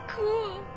cool